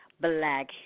black